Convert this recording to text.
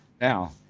Now